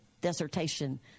dissertation